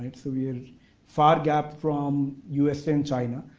so, we're far gap from u s. and china.